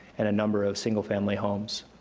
and a number of single family homes.